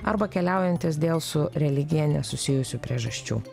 arba keliaujantys dėl su religija nesusijusių priežasčių